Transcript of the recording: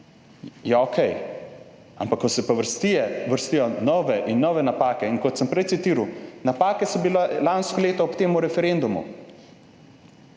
okej, ampak ko se pa vrstijo, vrstijo nove in nove napake in kot sem prej citiral, napake so bile lansko leto ob tem referendumu,